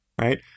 Right